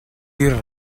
dir